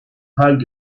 hug